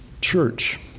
church